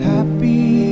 Happy